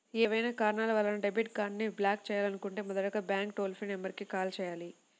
ఏవైనా కారణాల వలన డెబిట్ కార్డ్ని బ్లాక్ చేయాలనుకుంటే మొదటగా బ్యాంక్ టోల్ ఫ్రీ నెంబర్ కు కాల్ చేయాలి